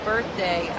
birthday